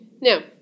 Now